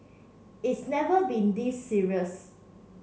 it's never been this serious